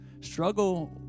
struggle